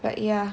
but ya